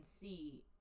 see